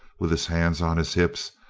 with his hands on his hips,